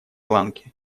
ланки